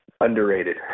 Underrated